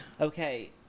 okay